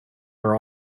are